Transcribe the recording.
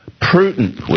prudent